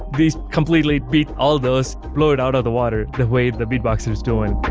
these completely beat all those, blow it out of the water the way the beatboxers doing